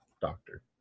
doctor